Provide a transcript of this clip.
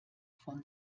von